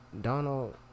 Donald